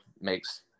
makes